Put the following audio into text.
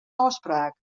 ôfspraak